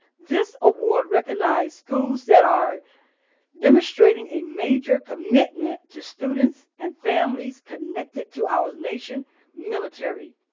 this award recognize schools that are demonstrating a major commitment to students and families connected to ours nation military,